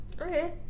Okay